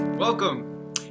welcome